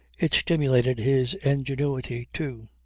it stimulated his ingenuity too.